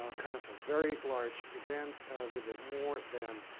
ah kind of a very large event of the more than